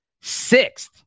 sixth